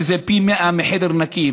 שזה פי 100 מחדר נקי,